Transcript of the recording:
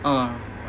ah